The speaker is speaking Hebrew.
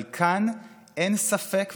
אבל כאן אין ספק,